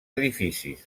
edificis